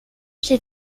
j’ai